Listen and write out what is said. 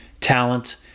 talent